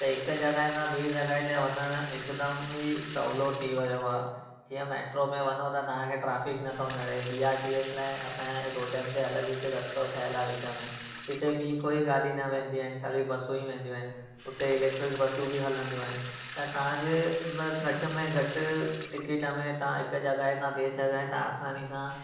त हिकु जॻहि खां ॿिए जॻहि ते वञणु हिकदमि ई सहुलो थी वियो आहे जीअं मेट्रो में वञो त तव्हांखे ट्रैफिक नथो नड़े बी आर टी एस लाइ असांजे रोडनि ते अलॻि हिकु रस्तो ठहियलु आहे विच में जिते ॿी कोई गाॾी न वेंदियूं आहिनि ख़ाली बसियूं ई वेंदियूं आहिनि उते एलेक्ट्रिक बसूं बि हलंदियूं आहिनि त तव्हांजे घटि में घटि टिकेट में तव्हां हिकु जॻहि खां ॿिए जॻहि तव्हां आसानी सां